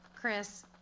Chris